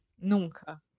Nunca